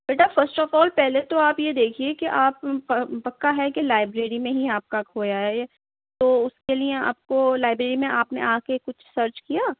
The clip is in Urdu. بیٹا فسٹ آف آل پہلے تو آپ یہ دیکھیے کہ آپ پکا ہے کہ لائبریری میں ہی آپ کا کھویا ہے تو اُس کے لئے آپ کو لائبریری میں آپ نے آ کے کچھ سرچ کیا